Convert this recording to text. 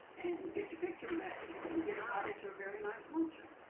and you get your picture made, and you get invited to a very nice luncheon.